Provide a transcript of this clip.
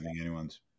anyone's